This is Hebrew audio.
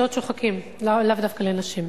אמרתי, למקצועות שוחקים, לאו דווקא לנשים.